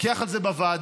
נתווכח על זה בוועדה,